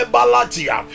Balatia